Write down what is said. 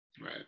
Right